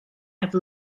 have